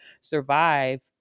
survive